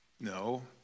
No